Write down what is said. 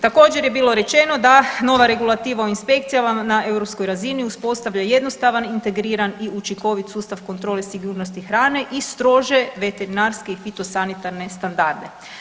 Također je bilo rečeno da nova regulativa o inspekcijama na europskoj razini uspostavlja jednostavan, integriran i učinkovit sustav kontrole sigurnosti hrane i strože veterinarske i fitosanitarne standarde.